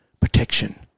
protection